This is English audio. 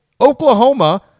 Oklahoma